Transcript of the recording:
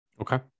Okay